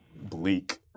bleak